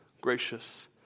gracious